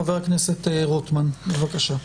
חבר הכנסת רוטמן, בבקשה.